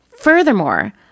Furthermore